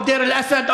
או בדיר-אל-אסד,